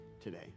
today